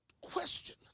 question